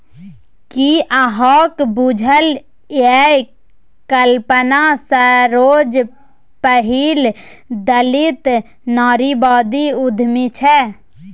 कि अहाँक बुझल यै कल्पना सरोज पहिल दलित नारीवादी उद्यमी छै?